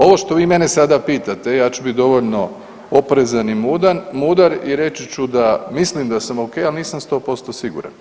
Ovo što vi mene sada pitate, ja ću biti dovoljno oprezan i mudar i reći ću da mislim da sam okej, ali nisam 100% siguran.